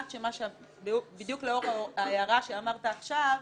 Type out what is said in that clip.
בדיוק לאור ההערה שאמרת עכשיו.